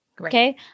Okay